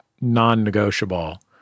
non-negotiable